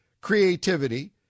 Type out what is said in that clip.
creativity